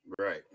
Right